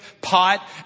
pot